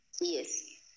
Yes